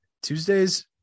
Tuesdays